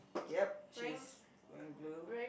yup she is wearing blue